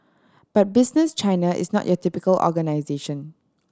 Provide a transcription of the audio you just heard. but Business China is not your typical organisation